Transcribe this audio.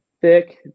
thick